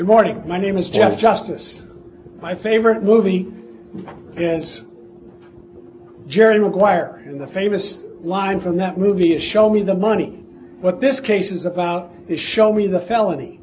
morning my name is jeff justice my favorite movie since jerry maguire in the famous line from that movie is show me the money what this case is about is show me the felony